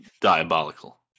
diabolical